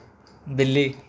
ਬਿੱਲੀ